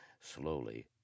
Slowly